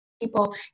people